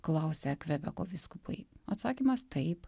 klausia kvebeko vyskupai atsakymas taip